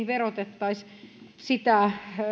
verotettaisiin oikeudenmukaisesti sitä